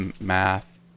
math